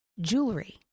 jewelry